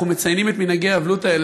אנחנו מציינים את מנהגי האבלות האלה